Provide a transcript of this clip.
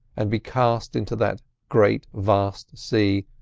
and be cast into that great, vast sea,